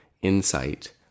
insight